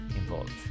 involved